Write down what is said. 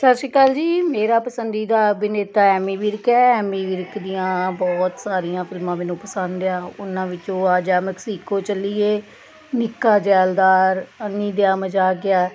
ਸਤਿ ਸ਼੍ਰੀ ਅਕਾਲ ਜੀ ਮੇਰਾ ਪਸੰਦੀਦਾ ਅਭਿਨੇਤਾ ਐਮੀ ਵਿਰਕ ਹੈ ਐਮੀ ਵਿਰਕ ਦੀਆਂ ਬਹੁਤ ਸਾਰੀਆਂ ਫਿਲਮਾਂ ਮੈਨੂੰ ਪਸੰਦ ਆ ਉਹਨਾਂ ਵਿੱਚੋਂ ਆ ਜਾ ਮੈਕਸੀਕੋ ਚੱਲੀਏ ਨਿੱਕਾ ਜੈਲਦਾਰ ਅੰਨੀ ਦਿਆ ਮਜ਼ਾਕ ਐ